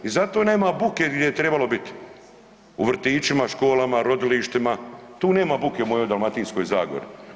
I zato nema buke gdje bi je trebalo biti, u vrtićima, školama, rodilištima, tu nema buke u mojoj Dalmatinskoj zagori.